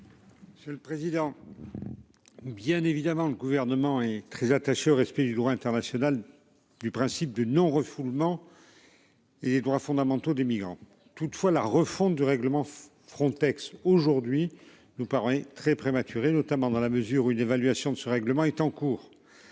Monsieur le président. Bien évidemment le gouvernement est très attaché au respect du droit international. Du principe de non-refoulement. Et les droits fondamentaux des migrants. Toutefois, la refonte du règlement Frontex aujourd'hui nous paraît très prématuré, notamment dans la mesure où une évaluation de ce règlement est en cours.